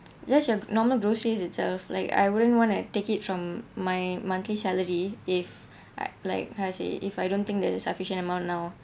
let's your normal groceries itself like I wouldn't want to take it from my monthly salary if I like how I say if I don't think that is sufficient amount now